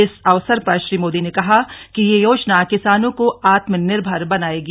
इस अवसर पर श्री मोदी ने कहा कि यह योजना किसानों को आत्मनिर्भर बनाएगी